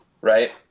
right